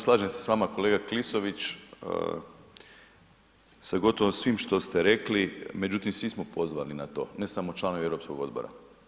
Slažem se s vama kolega Klisović, sa gotovo svim što ste rekli, međutim svi smo pozvani na to, ne samo članovi europskog odbora.